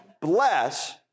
Bless